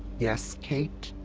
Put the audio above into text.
yes, kate?